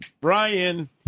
Brian